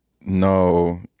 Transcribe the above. No